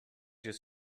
jest